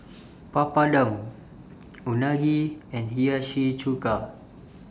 Papadum Unagi and Hiyashi Chuka